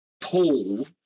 paul